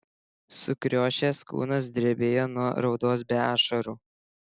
sukriošęs kūnas drebėjo nuo raudos be ašarų